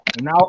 Now